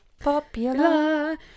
popular